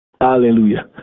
Hallelujah